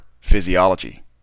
physiology